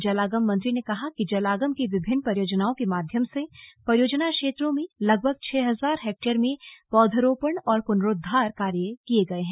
जलागम मंत्री ने कहा कि जलागम की विभिन्न परियोजनाओं के माध्यम से परियोजना क्षेत्रों में लगभग छह हजार हेक्टेयर में पौधरोपण और पुनरोद्वार कार्य किए गए हैं